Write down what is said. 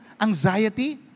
Anxiety